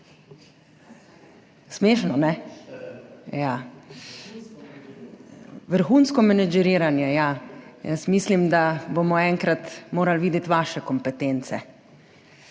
smešno? Ja, vrhunsko menedžeriranje, jaz mislim, da bomo enkrat morali videti vaše kompetence,